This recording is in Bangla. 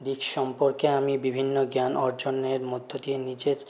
দিক সম্পর্কে আমি বিভিন্ন জ্ঞান অর্জনের মধ্য দিয়ে নিজের